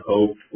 Hope